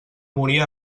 morir